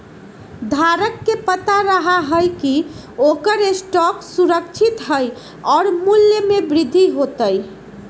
धारक के पता रहा हई की ओकर स्टॉक सुरक्षित हई और मूल्य में वृद्धि होतय